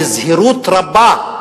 בזהירות רבה.